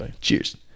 cheers